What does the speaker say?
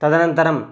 तदनन्तरं